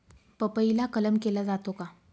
पपईला कलम केला जातो का?